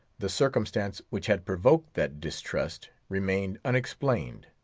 the circumstance which had provoked that distrust remained unexplained.